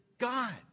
God